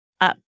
up